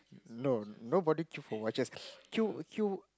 no nobody queue for watches queue queue